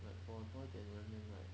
like for 多一点人 then like